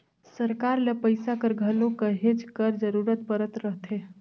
सरकार ल पइसा कर घलो कहेच कर जरूरत परत रहथे